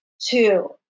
two